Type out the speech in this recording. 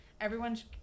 everyone's